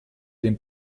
den